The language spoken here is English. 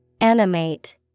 Animate